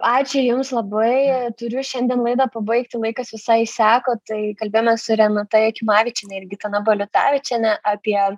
ačiū jums labai turiu šiandien laidą pabaigti laikas visai išseko tai kalbėjomės su renata jakimavičiene ir gitana baliutavičiene apie